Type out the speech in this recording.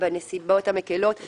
--- בנסיבות מחמירות לא דנים.